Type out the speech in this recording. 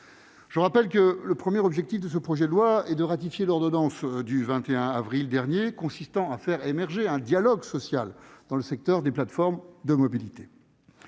Je rappelle que le premier objectif de ce projet de loi est de ratifier l'ordonnance du 21 avril dernier, consistant à faire émerger un dialogue social dans le secteur des plateformes de mobilité.